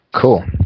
cool